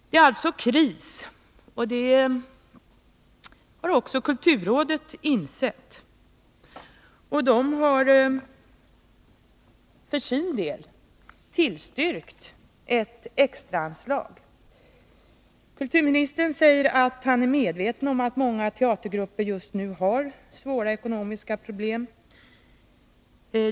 Det är alltså kris. Det har också kulturrådet insett. Kulturrådet har för sin del tillstyrkt ett extraanslag. Kulturministern säger att han är medveten om att många teatergrupper just nu har svåra ekonomiska problem.